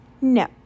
No